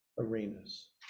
arenas